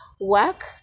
work